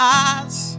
eyes